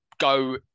go